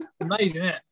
Amazing